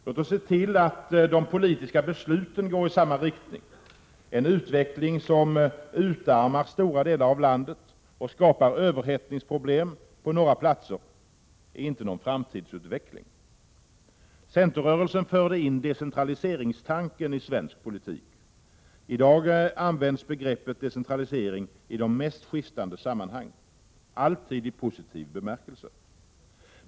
Låt oss se till att de politiska besluten går i samma riktning. En utveckling som utarmar stora delar av landet och skapar överhettningsproblem på några platser är inte någon framtidsutveckling. Centerrörelsen förde in decentraliseringstanken i svensk politik. I dag används begreppet decentralisering i de mest skiftande sammanhang — alltid i positiv bemärkelse.